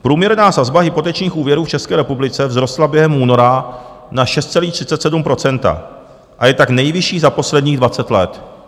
Průměrná sazba hypotečních úvěrů v České republice vzrostla během února na 6,37 % a je tak nejvyšší za posledních dvacet let.